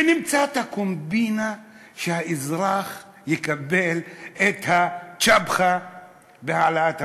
ונמצא את הקומבינה שהאזרח יקבל את הצ'פחה בהעלאת המחיר.